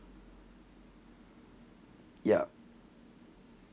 yup